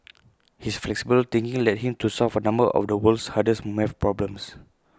his flexible thinking led him to solve A number of the world's hardest math problems